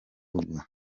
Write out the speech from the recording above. ruguru